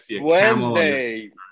Wednesday